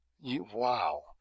Wow